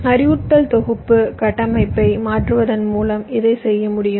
அறிவுறுத்தல் தொகுப்பு கட்டமைப்பை மாற்றுவதன் மூலம் இதை செய்ய முடியும்